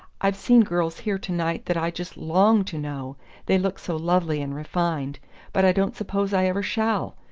i've seen girls here to-night that i just long to know they look so lovely and refined but i don't suppose i ever shall.